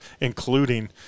including